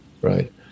Right